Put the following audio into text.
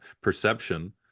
perception